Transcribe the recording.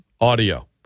audio